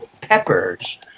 peppers